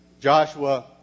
Joshua